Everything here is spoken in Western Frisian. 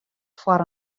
foar